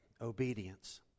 obedience